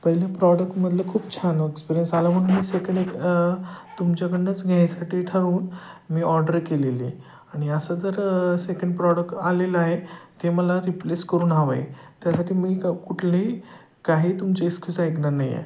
पहिले प्रॉडकमधलं खूप छान एक्सपिरियन्स आला म्हणून मी सेकंड एक तुमच्याकडनंच घ्यायसाठी ठरवून मी ऑर्डर केलेली आणि असं जर सेकंड प्रॉडक आलेलं आहे ते मला रिप्लेस करून हवं आहे त्यासाठी मी क कुठली काही तुमची एस्क्यूज ऐकणार नाही आहे